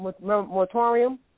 moratorium